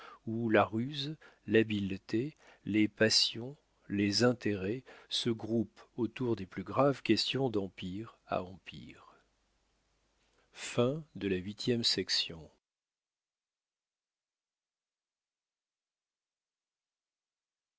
où la ruse l'habileté les passions les intérêts se groupent autour des plus graves questions d'empire à empire